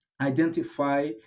identify